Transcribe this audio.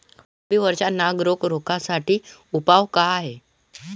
मोसंबी वरचा नाग रोग रोखा साठी उपाव का हाये?